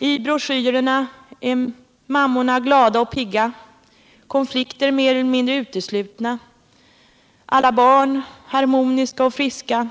I broschyrerna är mammorna glada och pigga, konflikter mer eller mindre uteslutna, alla barn harmoniska och friska.